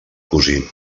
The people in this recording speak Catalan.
cosí